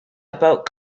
about